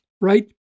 right